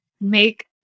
make